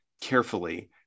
carefully